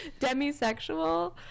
Demisexual